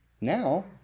now